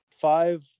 five